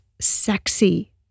sexy